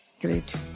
Great